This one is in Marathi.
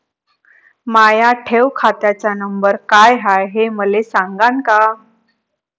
माया ठेव खात्याचा नंबर काय हाय हे मले सांगान का?